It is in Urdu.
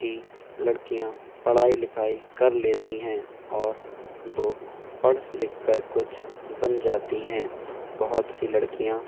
کہ لڑکیاں پڑھائی لکھائی کر لیتی ہیں اور وہ پڑھ لکھ کر کچھ بن جاتی ہیں بہت سی لڑکیاں